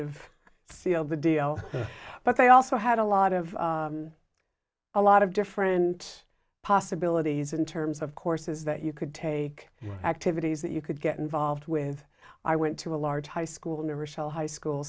sealed the deal but they also had a lot of a lot of different possibilities in terms of courses that you could take activities that you could get involved with i went to a large high school never sell high school